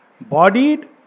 Bodied